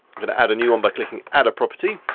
i'm gonna add a new one by clicking add a property.